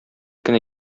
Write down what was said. кенә